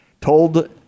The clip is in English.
Told